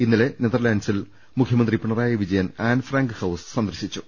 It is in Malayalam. ഇന്നലെ നെതർലാന്റ് സിൽ മുഖ്യമന്ത്രി Pinarayi Vijayan Anne Frank house സന്ദർശിച്ചു